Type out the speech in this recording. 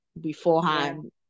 beforehand